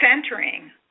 centering